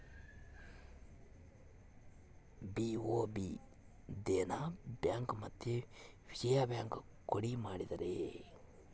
BOB Dena bank ಮತ್ತೆ Vijaya bank ಕೂಡಿ ಮಾಡಿದರೆ